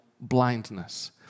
blindness